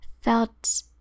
felt